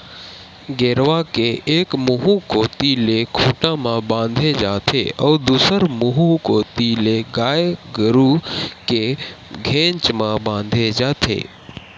गेरवा के एक मुहूँ कोती ले खूंटा म बांधे जाथे अउ दूसर मुहूँ कोती ले गाय गरु के घेंच म बांधे जाथे